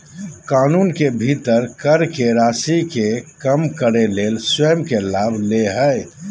कानून के भीतर कर के राशि के कम करे ले स्वयं के लाभ ले हइ